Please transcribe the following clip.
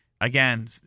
Again